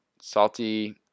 salty